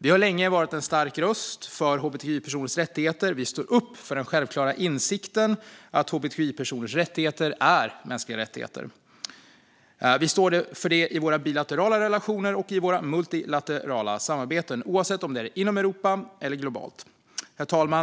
Sverige har länge varit en stark röst för hbtqi-personers rättigheter. Vi står upp för den självklara insikten att hbtqi-personers rättigheter är mänskliga rättigheter. Vi står för det i våra bilaterala relationer och i våra multilaterala samarbeten, oavsett om det är inom Europa eller globalt. Herr talman!